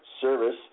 service